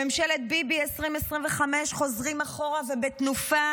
בממשלת ביבי 2025 חוזרים אחורה, ובתנופה.